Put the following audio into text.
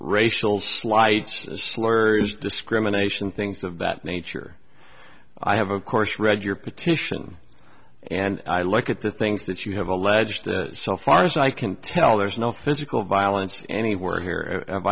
racial slights slurs discrimination things of that nature i have of course read your petition and i look at the things that you have alleged so far as i can tell there's no physical violence anywhere here i